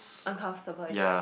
uncomfortable yes